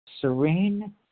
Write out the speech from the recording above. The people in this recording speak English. serene